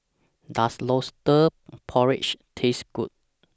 Does Lobster Porridge Taste Good